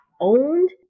owned